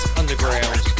underground